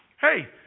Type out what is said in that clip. hey